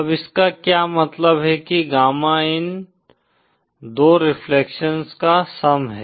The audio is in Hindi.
अब इसका क्या मतलब है कि गामा इन 2 रेफ्लेक्शंस का सम है